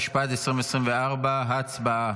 התשפ"ד 2024. הצבעה.